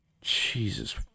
Jesus